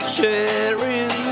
Sharing